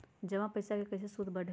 जमा पईसा के कइसे सूद बढे ला?